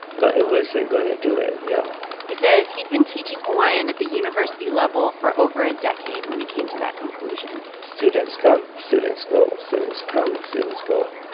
but it wasn't going to do it. yeah he says he'd been teaching hawaiian at the university level for over a decade when he came to that conclusion students come. students go. students come. students go.